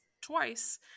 twice